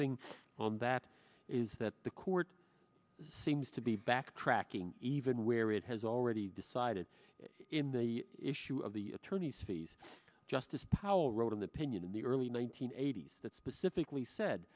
thing on that is that the court seems to be backtracking even where it has already decided in the issue of the attorneys fees justice powell wrote an opinion in the early one nine hundred eighty s that specifically said